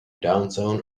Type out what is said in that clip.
downtown